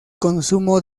consumo